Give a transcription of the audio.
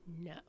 No